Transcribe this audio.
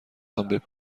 تان